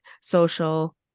social